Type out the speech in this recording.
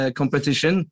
competition